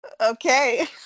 Okay